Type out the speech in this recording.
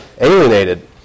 alienated